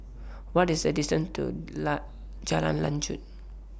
What IS The distance to Jalan Lanjut